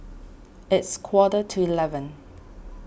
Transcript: its quarter to eleven